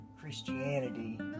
Christianity